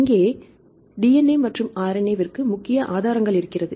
இங்கே DNA மற்றும் RNA விற்கு முக்கிய ஆதாரங்கள் இருக்கிறது